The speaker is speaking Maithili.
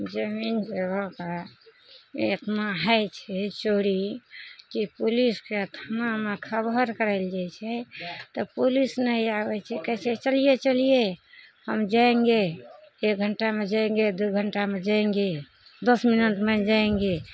जमीन जगहके एतना होइ छै चोरी की पुलिसके थानामे खबहर करय लए जाइ छै तऽ पुलिस नहि आबय छै कहय छै चलिये चलिये हम जायेंगे एक घण्टामे जायेंगे दू घण्टामे जायेंगे दस मिनटमे जायेंगे